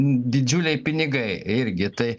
didžiuliai pinigai irgi tai